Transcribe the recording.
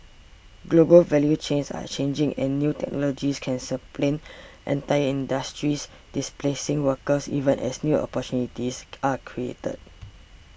global value chains are changing and new technologies can supplant in entire industries displacing workers even as new opportunities are created